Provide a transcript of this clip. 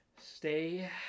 Stay